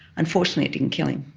unfortunately it didn't kill him,